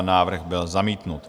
Návrh byl zamítnut.